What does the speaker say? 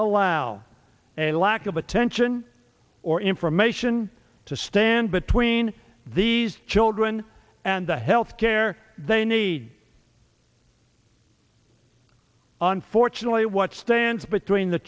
allow a lack of attention or information to stand between these children and the health care they need unfortunately what stands between the